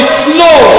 slow